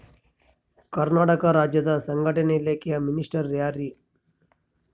ಕರ್ನಾಟಕ ರಾಜ್ಯದ ಸಂಘಟನೆ ಇಲಾಖೆಯ ಮಿನಿಸ್ಟರ್ ಯಾರ್ರಿ?